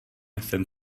jsem